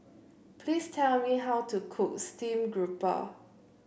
please tell me how to cook stream grouper